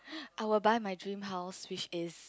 I will buy my dream house which is